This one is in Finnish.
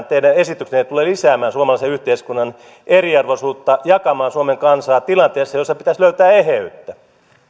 teidän esityksenne tulee lisäämään suomalaisen yhteiskunnan eriarvoisuutta jakamaan suomen kansaa tilanteessa jossa pitäisi löytää eheyttä